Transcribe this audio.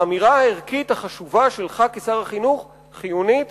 האמירה הערכית החשובה שלך כשר החינוך חיונית,